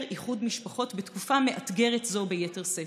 איחוד משפחות בתקופה מאתגרת זאת ביתר שאת?